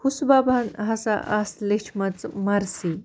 حُسہٕ بَبَن ہسا آسہٕ لیٚچھمژٕ مَرثی